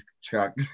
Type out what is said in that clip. Chuck